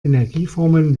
energieformen